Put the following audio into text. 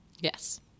Yes